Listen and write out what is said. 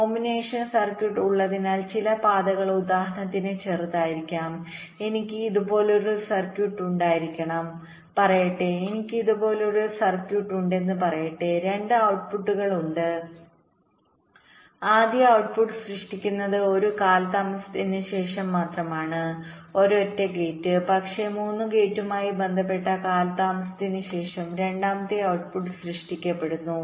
combinational circuit ഉള്ളതിനാൽ ചില പാതകൾ ഉദാഹരണത്തിന് ചെറുതായിരിക്കാം എനിക്ക് ഇതുപോലൊരു സർക്യൂട്ട് ഉണ്ടായിരിക്കാം പറയട്ടെ എനിക്ക് ഇതുപോലൊരു സർക്യൂട്ട് ഉണ്ടെന്ന് പറയട്ടെ 2 ഔട്ട്പുട്ടുകൾ ഉണ്ട് ആദ്യ ഔട്ട്പുട്സൃഷ്ടിക്കുന്നത് ഒരു കാലതാമസത്തിന് ശേഷം മാത്രമാണ് ഒരൊറ്റ ഗേറ്റ് പക്ഷേ 3 ഗേറ്റുകളുമായി ബന്ധപ്പെട്ട കാലതാമസത്തിനുശേഷം രണ്ടാമത്തെ ഔട്ട്പുട്ട് സൃഷ്ടിക്കപ്പെടുന്നു